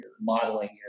modeling